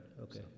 Okay